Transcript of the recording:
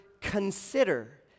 consider